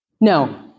No